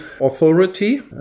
authority